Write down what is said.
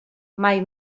mai